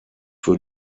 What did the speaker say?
für